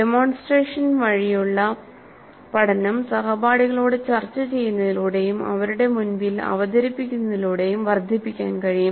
demonstration വഴിയുള്ള പഠനം സഹപാഠികളോട് ചർച്ച ചെയ്യുന്നതിലൂടെയും അവരുടെ മുൻപിൽ അവതരിപ്പിക്കുന്നതിലൂടെയും വർദ്ധിപ്പിക്കാൻ കഴിയും